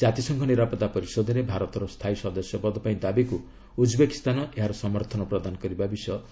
ଜାତିସଂଘ ନିରାପତ୍ତା ପରିଷଦରେ ଭାରତର ସ୍ଥାୟୀ ସଦସ୍ୟ ପଦ ପାଇଁ ଦାବିକୁ ଉଜ୍ବେକିସ୍ତାନ ଏହାର ସମର୍ଥନ ପ୍ରଦାନ କରିବା ବିଷୟ ଦୋହରାଇଛି